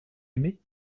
aimé